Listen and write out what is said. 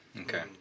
Okay